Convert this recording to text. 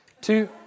Two